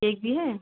cake भी है